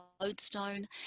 lodestone